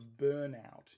burnout